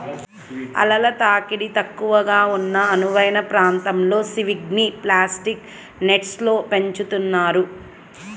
అలల తాకిడి తక్కువగా ఉన్న అనువైన ప్రాంతంలో సీవీడ్ని ప్లాస్టిక్ నెట్స్లో పెంచుతున్నారు